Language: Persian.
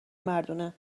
مردونه